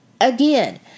again